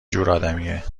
جورآدمیه